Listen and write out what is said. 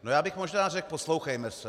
No já bych možná řekl: Poslouchejme se.